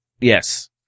Yes